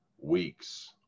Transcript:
weeks